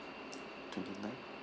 to the night